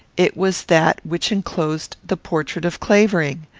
it was that which enclosed the portrait of clavering!